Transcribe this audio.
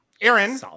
Aaron